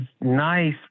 nice